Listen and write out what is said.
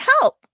help